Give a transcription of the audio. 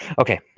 Okay